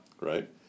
Right